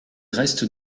reste